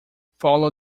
follow